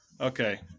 Okay